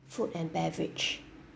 food and beverage